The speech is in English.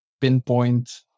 pinpoint